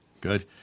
Good